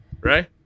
right